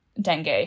dengue